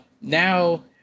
now